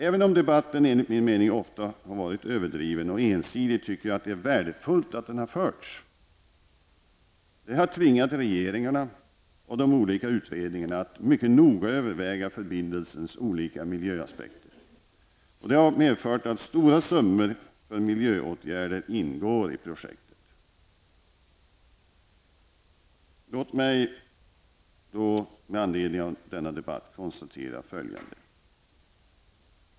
Även om debatten enligt min mening ofta varit överdriven och ensidig tycker jag att det är värdefullt att den har förts. Det har tvingat regeringarna och de olika utredningarna att mycket noga överväga förbindelsens olika miljöaspekter. Det har medfört att stora summor för miljöåtgärder ingår i projektet. Låt mig med anledning av denna debatt konstatera följande.